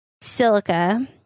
silica